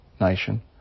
nation